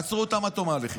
עצרו אותם עד תום ההליכים.